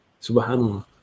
subhanallah